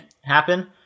happen